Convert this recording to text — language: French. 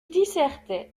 dissertait